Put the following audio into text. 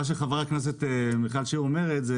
מה שחברת הכנסת מיכל שיר אומרת הוא